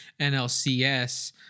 nlcs